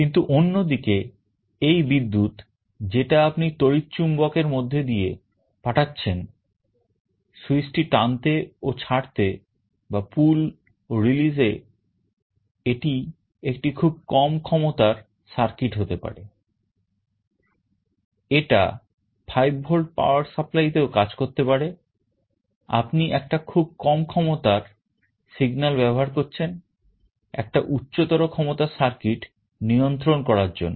কিন্তু অন্যদিকে switch টি টানা ও ছাড়ার জন্য signal ব্যবহার করছেন একটা উচ্চতর ক্ষমতার circuit নিয়ন্ত্রণ করার জন্য